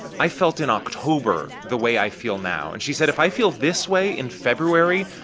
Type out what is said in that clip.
i felt in october the way i feel now. and she said if i feel this way in february,